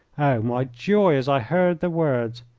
oh, my joy as i heard the words!